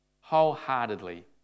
wholeheartedly